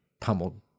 pummeled